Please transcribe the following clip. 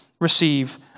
receive